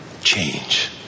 change